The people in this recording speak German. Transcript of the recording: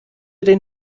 den